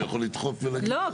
הוא יכול לדחות ולהגיד --- לא,